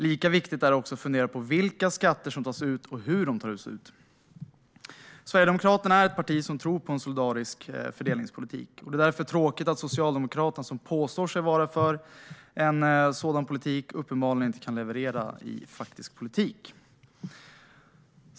Lika viktigt är det också att fundera på vilka skatter som tas ut och hur dessa tas ut. Sverigedemokraterna är ett parti som tror på en solidarisk fördelningspolitik. Det är tråkigt att Socialdemokraterna, som påstår sig vara för en sådan politik, uppenbarligen inte kan leverera i faktisk politik.